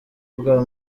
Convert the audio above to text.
bwa